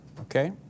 okay